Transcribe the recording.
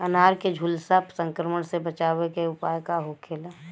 अनार के झुलसा संक्रमण से बचावे के उपाय का होखेला?